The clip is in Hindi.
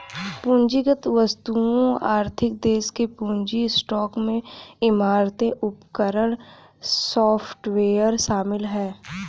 पूंजीगत वस्तुओं आर्थिक देश के पूंजी स्टॉक में इमारतें उपकरण सॉफ्टवेयर शामिल हैं